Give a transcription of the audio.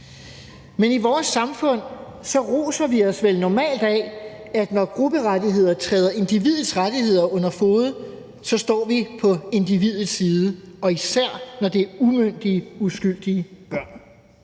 Men i vores samfund roser vi os vel normalt af, at når grupperettigheder træder individets rettigheder under fode, står vi på individets side, og især når det er umyndige, uskyldige børn.